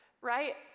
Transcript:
right